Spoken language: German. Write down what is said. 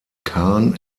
khan